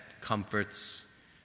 comforts